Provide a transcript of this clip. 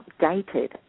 updated